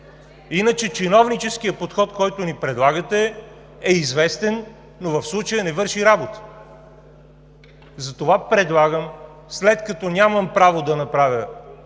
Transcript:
Иначе чиновническият подход, който ни предлагате, е известен, но в случая не върши работа. Затова, след като нямам право да направя